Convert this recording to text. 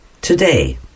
today